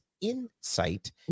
insight